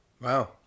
Wow